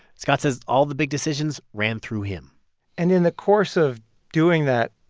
scott says all the big decisions ran through him and in the course of doing that,